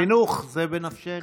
חינוך זה בנפשנו.